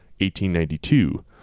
1892